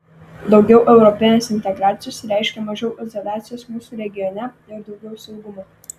daugiau europinės integracijos reiškia mažiau izoliacijos mūsų regione ir daugiau saugumo